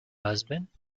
husband